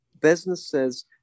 businesses